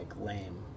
lame